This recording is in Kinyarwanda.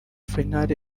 final